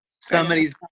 Somebody's